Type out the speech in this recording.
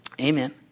amen